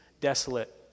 desolate